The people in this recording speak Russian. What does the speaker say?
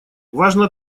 важно